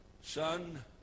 son